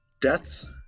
Deaths